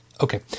Okay